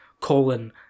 colon